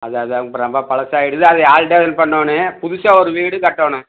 அதான் அதான் ரொம்ப பழசாகயிடுது அது ஆல்டரு பண்ணனும் புதுசாக ஒரு வீடு கட்டணும்